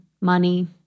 money